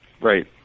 Right